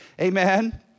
Amen